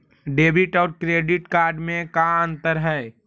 Debit और credit card में का अंतर है?